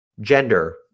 gender